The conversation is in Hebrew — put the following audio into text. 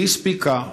והיא הספיקה,